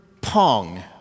Pong